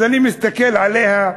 אז אני מסתכל עליה,